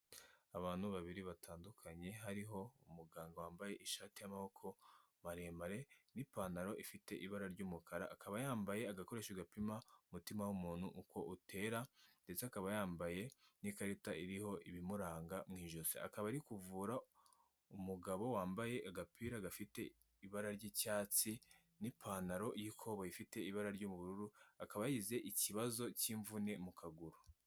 Abantu babiri batandukanye hariho umuganga wambaye ishati y'amaboko maremare n'ipantaro ifite ibara ry'umukara, akaba yambaye agakoresho gapima umutima w'umuntu uko utera ndetse akaba yambaye n'ikarita iriho ibimuranga mu ijosi, akaba ari kuvura umugabo wambaye agapira gafite ibara ry'icyatsi n'ipantaro y'ikoboyi ifite ibara ry'ubururu, akaba yagize ikibazo cy'imvune mu kaguru.